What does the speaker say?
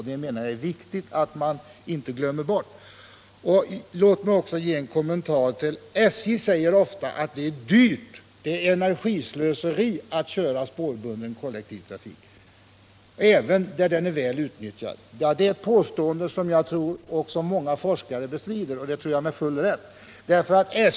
Det framhålls vidare ofta från SJ att det är dyrt och ett slöseri med energi att driva spårbunden kollektivtrafik, även där den är väl utnyttjad. Det är ett påstående som jag och många forskare bestrider.